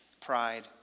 pride